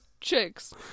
chicks